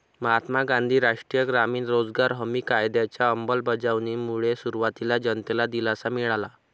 महात्मा गांधी राष्ट्रीय ग्रामीण रोजगार हमी कायद्याच्या अंमलबजावणीमुळे सुरुवातीला जनतेला दिलासा मिळाला